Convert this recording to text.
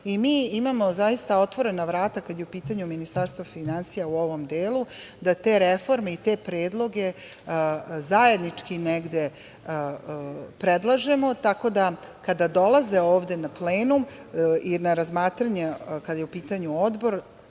Mi imamo zaista otvorena vrata, kada je u pitanju Ministarstvo finansija u ovom delu, da te reforme i te predloge zajednički negde predlažemo, tako da kada dolaze ovde na plenum i na razmatranje, kada je u pitanju odbor,